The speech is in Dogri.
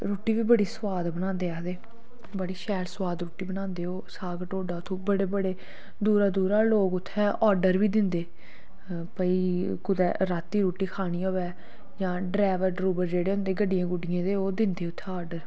रुट्टी बी बड़ी सोआद बनांदे आखदे बड़ी शैल सोआद रुट्टी बनांदे ओह् साग ढोडा उत्थूं बड़े बड़े दूरा दूरा लोक उत्थै आर्डर बी दिंदे भई कुतै रातीं रुट्टी खानी होऐ जां डरैबर डरूबर जेह्ड़े होंदे गड्डियें गुड्डियें दे ओह् दिंदे उत्थै आर्डर